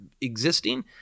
existing